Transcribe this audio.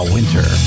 Winter